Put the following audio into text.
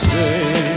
Stay